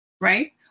right